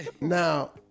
Now